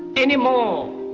anymore,